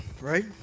right